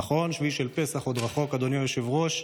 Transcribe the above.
נכון, שביעי של פסח עוד רחוק, אדוני היושב-ראש,